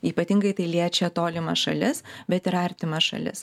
ypatingai tai liečia tolimas šalis bet ir artimas šalis